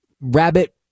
rabbit